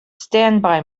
standby